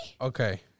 Okay